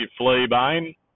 fleabane